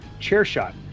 CHAIRSHOT